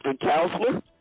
counselor